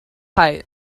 height